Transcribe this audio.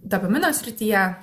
dopamino srityje